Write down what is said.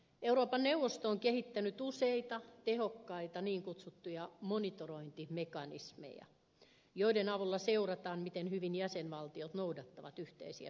euroopan neuvosto on kehittänyt useita tehokkaita niin kutsuttuja monitorointimekanismeja joiden avulla seurataan miten hyvin jäsenvaltiot noudattavat yhteisiä periaatteita